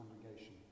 congregation